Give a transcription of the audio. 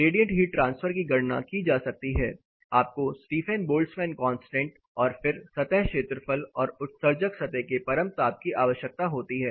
radiant heat transfer की गणना की जा सकती है आपको स्टीफन बोल्ट्जमैन कांस्टेंट और फिर सतह क्षेत्रफल और उत्सर्जक सतह के परमताप की आवश्यकता होती है